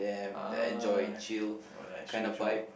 ah alright true true